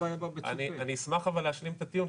--- אני אשמח אבל להשלים את הטיעון,